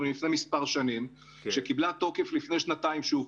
לפני מספר שנים והיא קיבלה תוקף לפני שנתיים שוב,